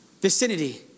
vicinity